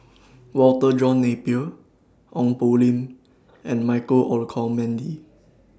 Walter John Napier Ong Poh Lim and Michael Olcomendy